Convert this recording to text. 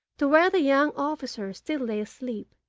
to where the young officer still lay asleep,